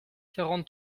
quarante